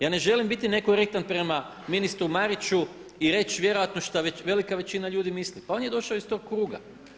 Ja ne želim biti nekorektan prema ministru Mariću i reći vjerojatno šta velika većina ljudi misli, pa on je došao iz tog kruga.